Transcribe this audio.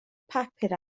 papur